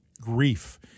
grief